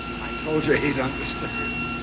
i told you he'd understand